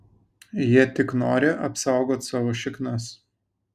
jie tik nori apsaugot savo šiknas